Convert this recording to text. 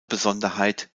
besonderheit